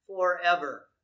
forever